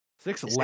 Six